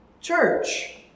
church